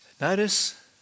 Notice